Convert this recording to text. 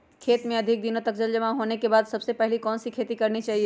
खेत में अधिक दिनों तक जल जमाओ होने के बाद सबसे पहली कौन सी खेती करनी चाहिए?